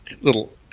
Little